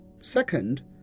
Second